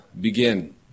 begin